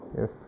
Yes